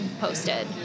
posted